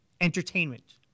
entertainment